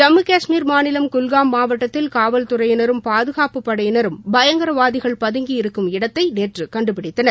ஜம்மு கஷ்மீர் மாநிலம் குல்காம் மாவட்டத்தில் காவல்துறையினரும் பாதுகாப்பு படையினரும் பயங்கரவாதிகள் பதுங்கியிருக்கும் இடத்தை நேற்று கண்டுபிடித்தனர்